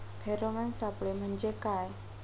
Pheromone सापळे म्हंजे काय?